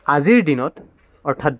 আজিৰ দিনত অৰ্থাৎ